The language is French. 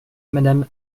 madame